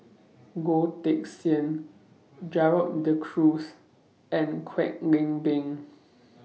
Goh Teck Sian Gerald De Cruz and Kwek Leng Beng